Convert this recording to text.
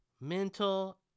mental